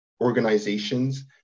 organizations